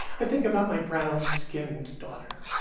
i think about my brown-skinned daughter,